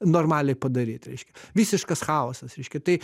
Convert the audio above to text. normaliai padaryt reiškia visiškas chaosas reiškia tai